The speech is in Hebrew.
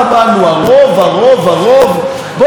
בואו נדבר קצת על השיטה במדינת ישראל.